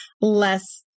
less